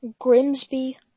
Grimsby